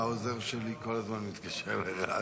העוזר שלי כל הזמן מתקשר לראדה,